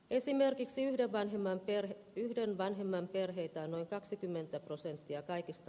esimerkiksi yhden vanhemman perhe yhden vanhemman perheitä on noin kaksikymmentä prosenttia kaikista